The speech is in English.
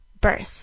birth